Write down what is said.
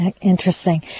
Interesting